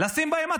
לשים בהם עצורים.